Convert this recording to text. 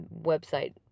website